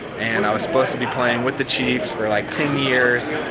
and i was supposed to be playing with the chiefs for like ten years.